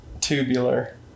Tubular